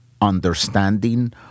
understanding